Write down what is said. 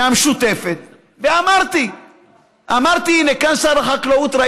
והינה שר החקלאות כאן,